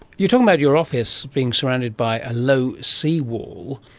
you talk about your office being surrounded by a low seawall,